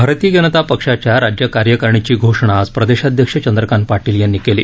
भारतीय जनता पक्षाच्या राज्य कार्यकारिणीची घोषणा आज प्रदेशाध्यक्ष चंद्रकांत पाटील यांनी केली